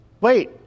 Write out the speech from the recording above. wait